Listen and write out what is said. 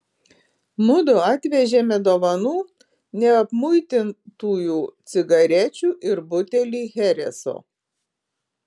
mudu atvežėme dovanų neapmuitintųjų cigarečių ir butelį chereso